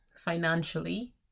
financially